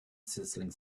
sizzling